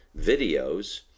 videos